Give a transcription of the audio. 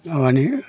माबानि